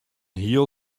hiel